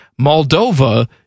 Moldova